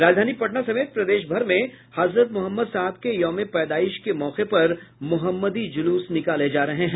राजधानी पटना समेत प्रदेश भर में हजरत मोहम्मद साहब के यौम ए पैदाइश के मौके पर मोहम्मदी जुलूस निकाले जा रहे हैं